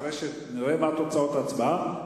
אחרי שנראה את תוצאות ההצבעה,